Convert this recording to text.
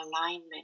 alignment